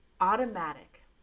automatic